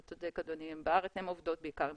אתה צודק אדוני הן עובדות בעיקר עם